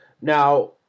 Now